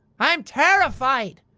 i'm terrified!